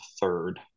third